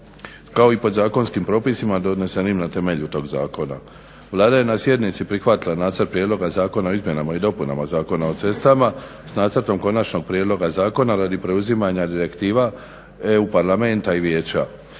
kao i podzakonskim propisima donesenim na temelju toga zakona. Vlada je na sjednici prihvatila Nacrt prijedloga zakona o Izmjenama i dopunama Zakona o cestama sa Nacrtom konačnog prijedloga Zakona radi preuzimanja direktiva EU Parlamenta i Vijeća.